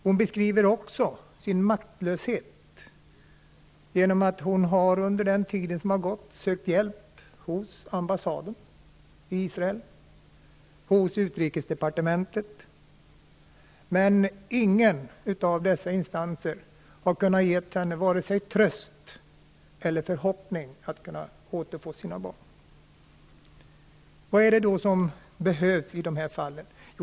Hon beskriver också hur hon under den tid som har gått har sökt hjälp hos ambassaden i Israel och hos utrikesdepartementet, men ingen av dessa instanser har kunnat ge henne vare sig tröst eller förhoppning att kunna återfå sina barn. Vad är det då som behövs i dessa fall?